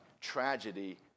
tragedy